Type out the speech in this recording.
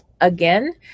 again